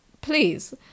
please